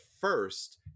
first